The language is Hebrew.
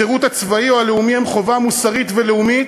השירות הצבאי והשירות הלאומי הם חובה מוסרית ולאומית,